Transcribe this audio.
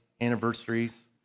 anniversaries